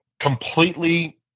completely